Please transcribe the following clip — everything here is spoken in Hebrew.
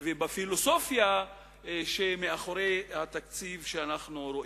ובפילוסופיה שמאחורי התקציב שאנחנו רואים.